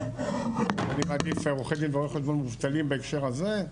אני מעדיף עורכי דין ורואי חשבון מובטלים בהקשר הזה,